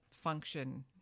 function